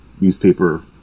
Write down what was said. newspaper